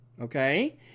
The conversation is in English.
Okay